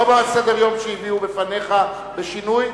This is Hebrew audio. לא בסדר-היום שהביאו בפניך בשינוי,